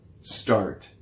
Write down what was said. start